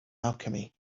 alchemy